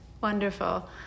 wonderful